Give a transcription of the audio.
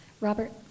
Robert